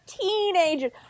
teenagers